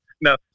no